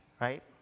right